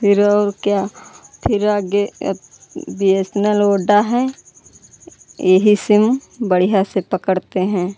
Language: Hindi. फिर और क्या फिर आगे बी एस न ल वोडा है यही सिम बढ़िया से पकड़ते हैं